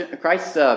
Christ